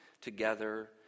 together